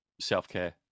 self-care